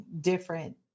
different